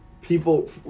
people